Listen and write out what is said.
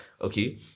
Okay